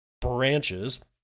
branches